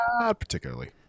particularly